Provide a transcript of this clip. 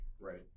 Right